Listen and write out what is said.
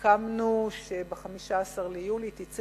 וסיכמנו שב-15 ביולי תצא